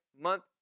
month